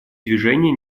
движения